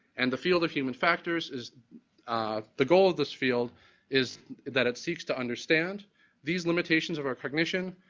and the field of human factors is the goal of this field is that it seeks to understand these limitations of our cognition,